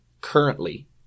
currently